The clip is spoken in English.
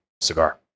cigar